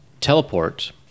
teleport